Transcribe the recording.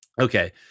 Okay